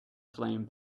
flame